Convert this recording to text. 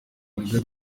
buryo